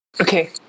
okay